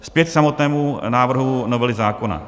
Zpět k samotnému návrhu novely zákona.